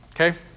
Okay